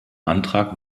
antrag